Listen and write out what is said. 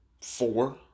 four